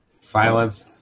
Silence